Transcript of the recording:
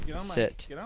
sit